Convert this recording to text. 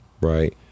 right